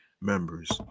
members